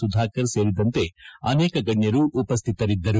ಸುಧಾಕರ್ ಸೇರಿದಂತೆ ಅನೇಕ ಗಣ್ಕರು ಉಪಸ್ಥಿತರಿದ್ದರು